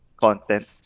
content